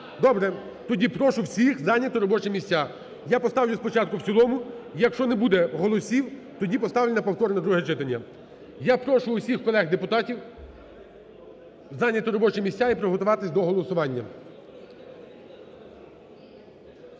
Добре. Тоді прошу всіх зайняти робочі місця. Я поставлю спочатку в цілому, якщо не буде голосів, тоді поставлю на повторне друге читання. Я прошу всіх колег депутатів зайняти робочі місця і приготуватись до голосування.